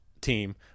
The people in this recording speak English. team